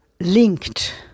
linked